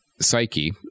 psyche